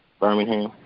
Birmingham